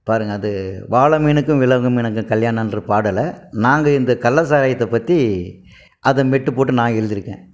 பாருங்கள் அது வாளை மீனுக்கும் விலாங்கு மீனுக்கும் கல்யாணம்ற பாடலை நாங்கள் இந்த கள்ளச்சாராயத்தைப் பற்றி அதை மெட்டு போட்டு நான் எழுதியிருக்கேன்